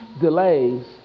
delays